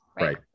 Right